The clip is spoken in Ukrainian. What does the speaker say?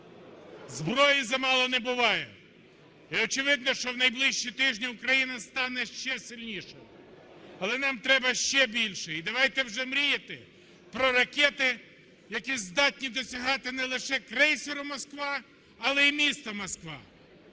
Зброї замало не буває, і, очевидно, що в найближчі тижні Україна стане ще сильнішою. Але нам треба ще більше, і давайте вже мріяти про ракети, які здатні досягати не лише крейсера "Москва", але і міста Москва.